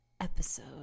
episode